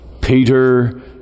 Peter